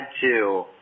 two